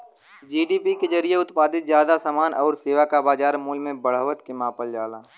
GDP के जरिये उत्पादित जादा समान आउर सेवा क बाजार मूल्य में बढ़त के मापल जाला